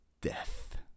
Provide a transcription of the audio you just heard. death